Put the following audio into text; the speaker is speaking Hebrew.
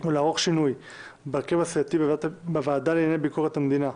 או לערוך שינוי בהרכב הסיעתי בוועדה לענייני ביקורת המדינה.